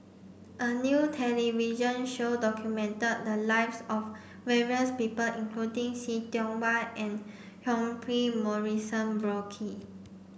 a new television show documented the lives of various people including See Tiong Wah and Humphrey Morrison Burkill